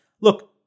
Look